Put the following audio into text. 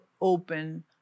open